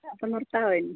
അപ്പോൾ നിർത്താവോ ഇനി